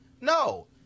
No